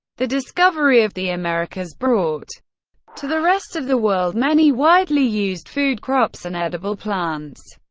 the discovery of the americas brought to the rest of the world many widely used food crops and edible plants.